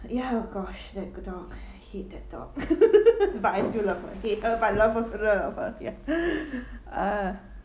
ya oh gosh that good dog I hate that dog but I still love her hate her but I love her a lot of love ya uh